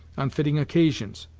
on fitting occasions.